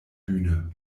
bühne